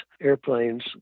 airplanes